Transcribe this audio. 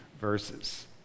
verses